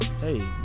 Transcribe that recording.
hey